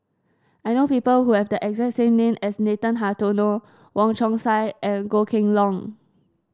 I know people who have the exact same name as Nathan Hartono Wong Chong Sai and Goh Kheng Long